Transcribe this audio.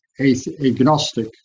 agnostic